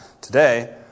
today